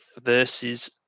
versus